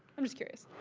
i'm just curious.